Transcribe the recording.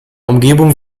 umgebung